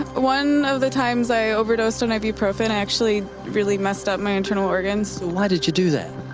one of the times i overdosed on ibuprofen, i actually really messed up my internal organs. so, why did you do that?